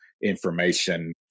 information